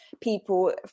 people